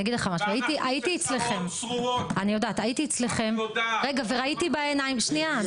הייתי אצלכם וראיתי בעיניים --- לא,